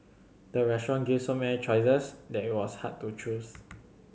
the restaurant gave so many choices that it was hard to choose